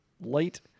light